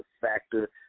Factor